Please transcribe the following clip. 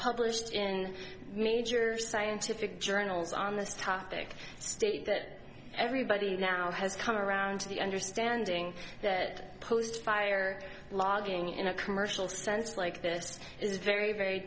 published in major scientific journals on this topic stated that everybody now has come around to the understanding that post fire logging in a commercial stance like this is very very